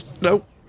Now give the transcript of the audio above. Nope